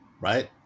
Right